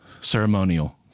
ceremonial